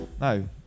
No